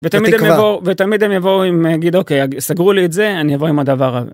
ותמיד הם יבואו ותמיד הם יבואו ויגידו סגרו לי את זה אני אבוא עם הדבר הזה.